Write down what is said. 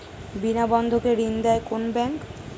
বিনা বন্ধকে ঋণ দেয় কোন ব্যাংক?